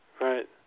Right